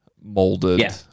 molded